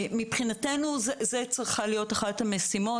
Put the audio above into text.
מבחינתנו זו צריכה להיות אחת המשימות.